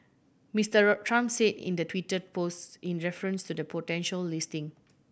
Mister Trump say in the Twitter post in reference to the potential listing